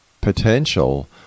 potential